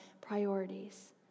priorities